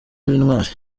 b’intwari